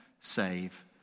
save